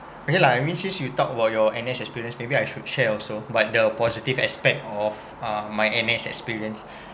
okay lah I mean since you talk about your N_S experience maybe I should share also but the positive aspect of uh my N_S experience